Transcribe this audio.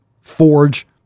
forge